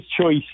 choice